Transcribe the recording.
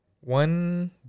One